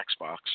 Xbox